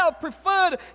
preferred